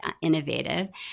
innovative